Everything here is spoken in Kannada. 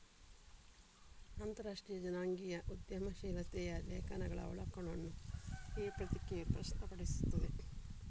ಅಂತರರಾಷ್ಟ್ರೀಯ ಜನಾಂಗೀಯ ಉದ್ಯಮಶೀಲತೆಯ ಲೇಖನಗಳ ಅವಲೋಕನವನ್ನು ಈ ಪತ್ರಿಕೆಯು ಪ್ರಸ್ತುತಪಡಿಸುತ್ತದೆ